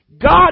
God